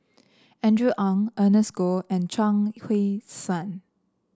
Andrew Ang Ernest Goh and Chuang Hui Tsuan